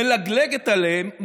מלגלגת עליהם,